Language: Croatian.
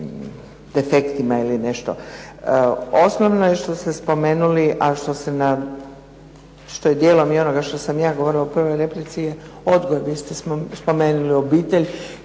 Osnovno je što ste spomenuli, a što je dijelom i onoga što sam ja govorila u prvoj replici je odgoj. Vi ste spomenuli obitelj